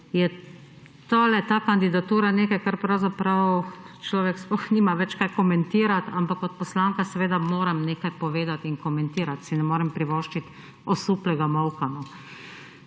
je ta kandidatura nekaj, ker pravzaprav človek sploh nima več kaj komentirati, ampak kot poslanka seveda moram nekaj povedati in komentirati, si ne morem privoščiti osuplega molka.